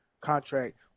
contract